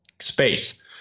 space